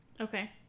Okay